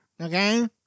okay